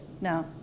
No